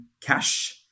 cash